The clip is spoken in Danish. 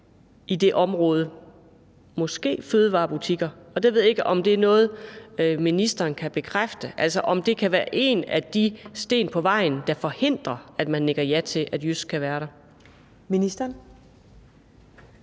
i det område, måske fødevarebutikker. Jeg ved ikke, om det er noget, som ministeren kan bekræfte, altså om det kan være en af de sten på vejen, der forhindrer, at man nikker ja til, at JYSK kan være der?